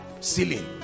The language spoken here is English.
ceiling